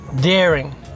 daring